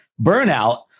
burnout